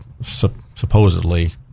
supposedly